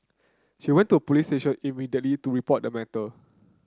she went to a police station immediately to report the matter